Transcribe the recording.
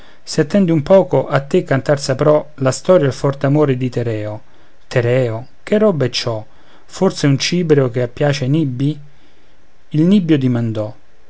se attendi un poco a te cantar saprò la storia e il forte amore di tereo tereo che roba è ciò forse un cibreo che piace ai nibbi il nibbio dimandò